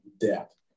death